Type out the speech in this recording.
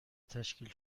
تشکیل